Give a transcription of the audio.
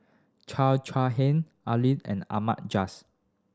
Chai Hiang Ali and Ahmad Jais